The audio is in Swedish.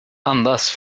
andas